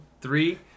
three